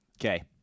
Okay